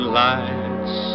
lights